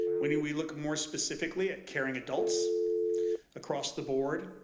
when and we look more specifically at caring adults across the board,